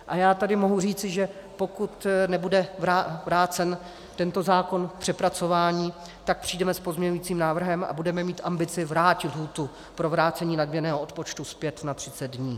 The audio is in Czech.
A já tady mohu říci, že pokud nebude vrácen tento zákon k přepracování, tak přijdeme s pozměňovacím návrhem a budeme mít ambici vrátit lhůtu pro vrácení daňového odpočtu zpět na 30 dní.